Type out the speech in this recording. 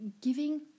giving